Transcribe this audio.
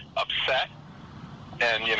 upset and, yeah